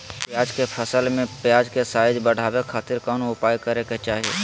प्याज के फसल में प्याज के साइज बढ़ावे खातिर कौन उपाय करे के चाही?